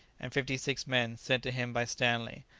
and fifty-six men sent to him by stanley,